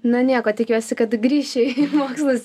na nieko tikiuosi kad grįši į mokslus